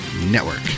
Network